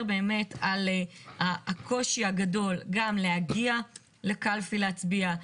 באמת על הקושי הגדול גם להגיע לקלפי להצביע,